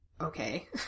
okay